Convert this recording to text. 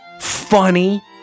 funny